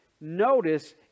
notice